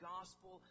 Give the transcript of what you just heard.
Gospel